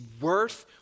worth